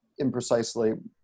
imprecisely